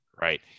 right